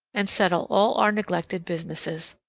and settle all our neglected businesses.